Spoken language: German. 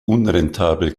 unrentabel